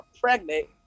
pregnant